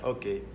Okay